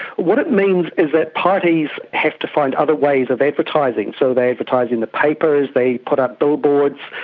what it means is that parties have to find other ways of advertising, so they advertise in the papers, they put up billboards,